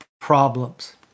problems